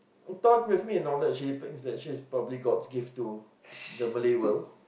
talk with me and all that she thinks she's probably god's gift to the Malay world